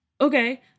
Okay